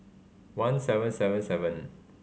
one seven seven seven